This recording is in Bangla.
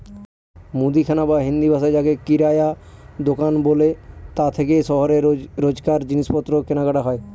মুদিখানা বা হিন্দিভাষায় যাকে কিরায়া দুকান বলে তা থেকেই শহরে রোজকার জিনিসপত্র কেনাকাটা হয়